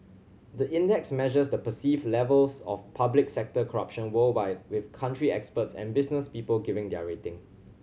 the index measures the perceived levels of public sector corruption worldwide with country experts and business people giving their rating